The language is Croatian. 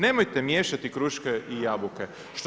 Nemojte miješati kruške i jabuke.